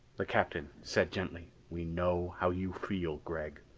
the captain said gently. we know how you feel, gregg.